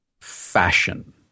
fashion